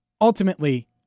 Ultimately